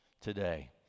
today